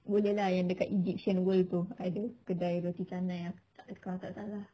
boleh lah yang dekat egyptian world tu ada kedai roti canai ah kalau tak salah